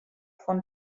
von